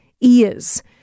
ears